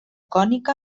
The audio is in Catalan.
cònica